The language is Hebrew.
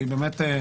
כי באמת הענקתן